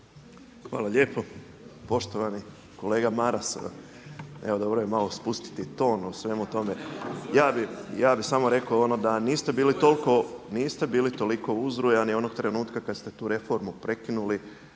Hvala lijepo. Poštovani kolega Maras. Evo dobro je malo spustiti ton u svemu tome. Ja bi samo rekao da niste bili toliko uzrujani onog trenutka kada ste tu reformu prekinuli,